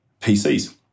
pcs